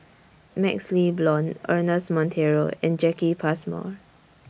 MaxLe Blond Ernest Monteiro and Jacki Passmore